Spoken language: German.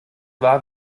wahr